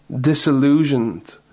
disillusioned